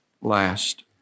last